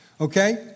okay